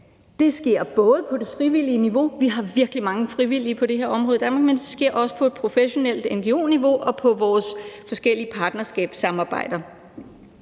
Det sker både på det frivillige niveau – vi har virkelig mange frivillige på det her område i Danmark – men også på et professionelt ngo-niveau og i vores forskellige partnerskabssamarbejder.